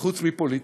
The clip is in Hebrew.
חוץ מפוליטיקה,